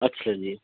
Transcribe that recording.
ਅੱਛਾ ਜੀ